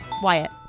Wyatt